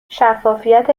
شفافیت